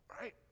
Right